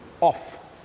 off